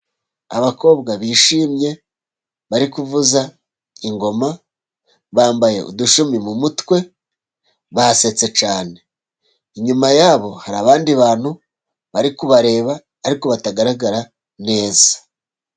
Abakobwa bishimye, bari kuvuza ingoma, bambaye udushumi mu mutwe, basetse cyane. Inyuma yabo hari abandi bantu bari kubareba ariko batagaragara neza.